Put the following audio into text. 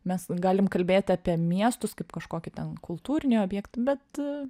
mes galim kalbėti apie miestus kaip kažkokį ten kultūrinį objektą bet